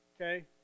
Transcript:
okay